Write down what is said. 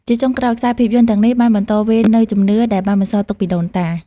ជាចុងក្រោយ ខ្សែភាពយន្តទាំងនេះបានបន្តវេននូវជំនឿដែលបានបន្សល់ទុកពីដូនតា។